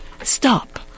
Stop